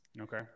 Okay